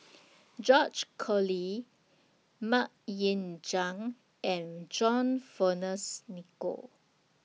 George Collyer Mok Ying Jang and John Fearns Nicoll